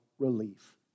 relief